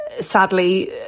sadly